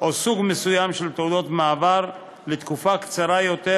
או סוג מסוים של תעודות מעבר לתקופה קצרה יותר,